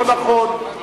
לא נכון?